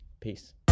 Peace